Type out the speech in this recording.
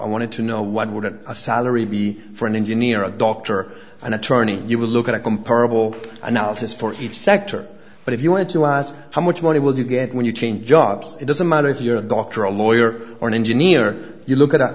i wanted to know what wouldn't a salary be for an engineer a doctor or an attorney you would look at a comparable analysis for each sector but if you want to ask how much money will you get when you change jobs it doesn't matter if you're a doctor a lawyer or an engineer you look at